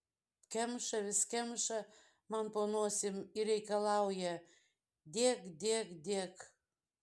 kemša vis kemša man po nosim ir reikalauja dėk dėk dėk